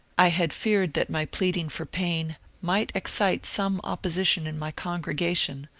i had feared that my pleading for paine might ex cite some opposition in my congregation,